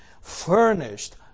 furnished